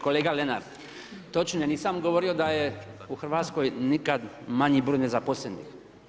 Kolega Lenart, točno je, ja nisam govorio, da je u Hrvatskoj nikad manji broj nezaposlenih.